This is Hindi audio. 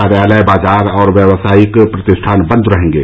कार्यालय बाजार और व्यवसायिक प्रतिष्ठान बन्द रहेंगे